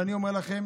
ואני אומר לכם,